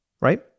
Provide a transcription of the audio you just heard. right